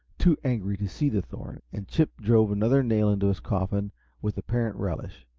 too angry to see the thorn, and chip drove another nail into his coffin with apparent relish,